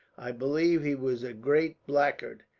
i believe he was a great blackguard,